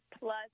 Plus